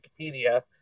Wikipedia